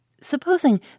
Supposing